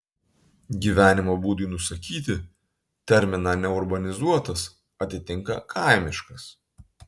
gyvenimo būdui nusakyti terminą neurbanizuotas atitinka kaimiškas